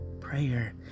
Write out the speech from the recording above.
prayer